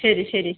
ശരി ശരി